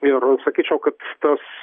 ir sakyčiau kad tas